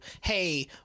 hey